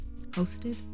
Hosted